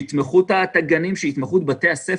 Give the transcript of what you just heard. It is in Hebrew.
מהם כך שהם ייתנו תמיכה בגנים ובבתי הספר.